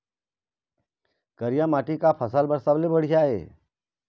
करिया माटी का फसल बर सबले बढ़िया ये?